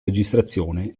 registrazione